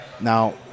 now